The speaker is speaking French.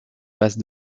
base